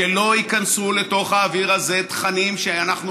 שלא ייכנסו לתוך האוויר הזה תכנים שאנחנו